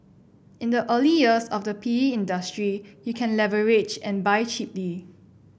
in the early years of the P E industry you can leverage and buy cheaply